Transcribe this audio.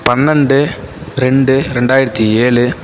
பன்னெரெண்டு ரெண்டு ரெண்டாயிரத்தி ஏழு